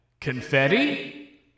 Confetti